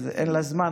אין לה זמן,